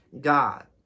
God